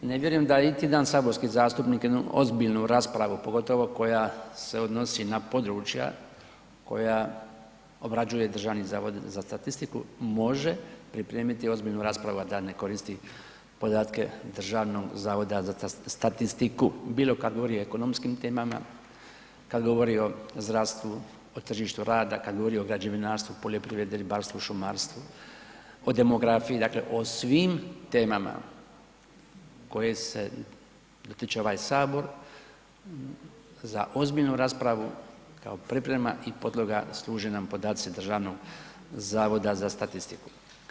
Ne vjerujem da iti jedan saborski zastupnik jednu ozbiljnu raspravu pogotovo koja se odnosi na područja koja obrađuje Državni zavod za statistiku može pripremiti ozbiljnu raspravu a da ne koristi podatke Državnog zavoda za statistiku, bilo kad govori o ekonomskim temama, kad govori o zdravstvu, o tržištu rada, kada govori o građevinarstvu, poljoprivredi, ribarstvu, šumarstvu, o demografiji dakle o svim temama koje se dotiče ovaj Sabor za ozbiljnu raspravu kao priprema i podloga služe nam podaci Državnog zavoda za statistiku.